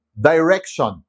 Direction